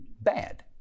bad